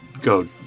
go